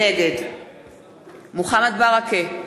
נגד מוחמד ברכה,